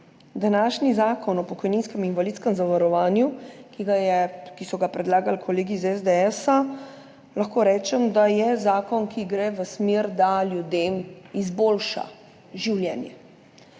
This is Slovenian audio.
Današnji Zakon o pokojninskem in invalidskem zavarovanju, ki so ga predlagali kolegi iz SDS, lahko rečem, da je zakon, ki gre v smer, da ljudem izboljša življenje.